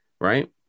right